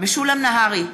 משולם נהרי,